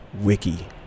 Wiki